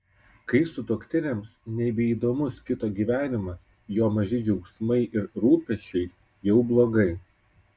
kai sutuoktiniams nebeįdomus kito gyvenimas jo maži džiaugsmai ir rūpesčiai jau blogai